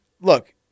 look